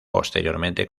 posteriormente